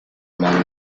among